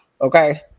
okay